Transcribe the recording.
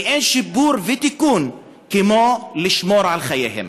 ואין שיפור ותיקון כמו לשמור על חייהם.